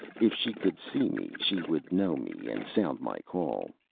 if she could see me she would know me and sound my call.